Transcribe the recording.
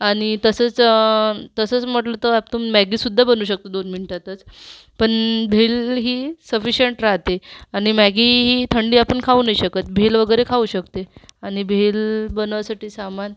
आणि तसंच तसंच म्हटलं तर हातून मॅग्गीसुद्धा बनवू शकतो दोन मिनिटातच पण भेल ही सफिशिअंट राहते आणि मॅग्गी ही थंडी आपण खाऊ नाही शकत भेल वगैरे खाऊ शकते आणि भेल बनवायसाठी सामान